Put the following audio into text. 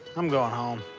i'm going home.